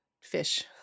fish